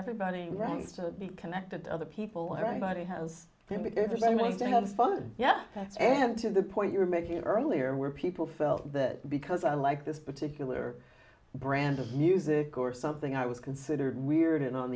everybody runs to be connected to other people and i bought a house there because everybody wants to have fun yeah and to the point you're making earlier where people felt that because i like this particular brand of music or something i was considered weird and on